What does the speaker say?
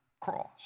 cross